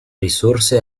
risorse